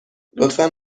لطفا